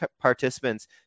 participants